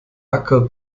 acker